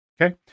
Okay